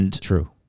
True